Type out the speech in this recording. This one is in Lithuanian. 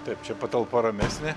taip čia patalpa ramesnė